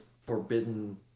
forbidden